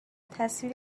تصویری